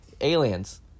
Aliens